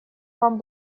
вам